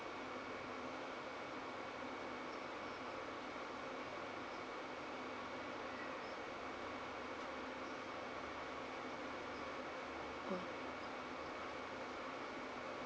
oh